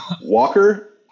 Walker